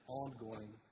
ongoing